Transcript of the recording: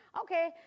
Okay